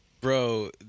Bro